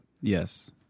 Yes